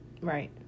Right